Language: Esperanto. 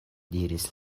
diris